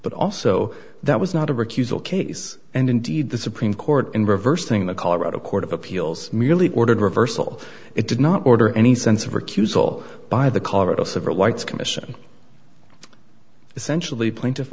but also that was not a recusal case and indeed the supreme court in reversing the colorado court of appeals merely ordered reversal it did not order any sense of recusal by the colorado civil rights commission essentially plaintiff